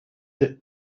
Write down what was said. that